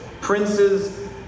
princes